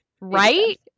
Right